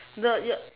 the your